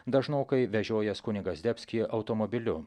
dažnokai vežiojęs kunigą zdebskį automobiliu